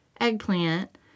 eggplant